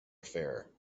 affair